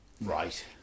Right